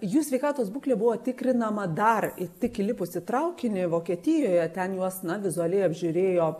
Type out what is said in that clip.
jų sveikatos būklė buvo tikrinama dar ir tik įlipus į traukinį vokietijoje ten juos na vizualiai apžiūrėjo